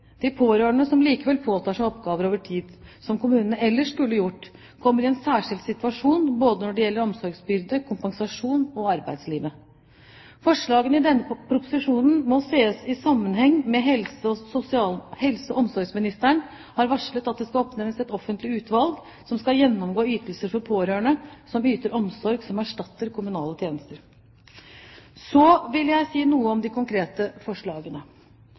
De pårørende som likevel påtar seg oppgaver over tid som kommunene ellers skulle gjort, kommer i en særskilt situasjon når det gjelder både omsorgsbyrde, kompensasjon og arbeidslivet. Forslagene i denne proposisjonen må ses i sammenheng med at helse- og omsorgsministeren har varslet at det skal oppnevnes et offentlig utvalg som skal gjennomgå ytelser for pårørende som yter omsorg som erstatter kommunale tjenester. Så vil jeg si noe om de konkrete forslagene.